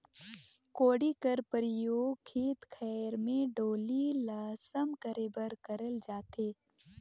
कोड़ी कर परियोग खेत खाएर मे डोली ल सम करे बर करल जाथे